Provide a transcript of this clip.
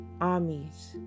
armies